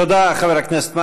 תודה, חבר הכנסת מרגי.